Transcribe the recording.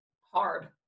Hard